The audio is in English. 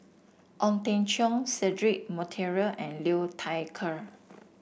Ong Teng Cheong Cedric Monteiro and Liu Thai Ker